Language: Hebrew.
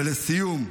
ולסיום,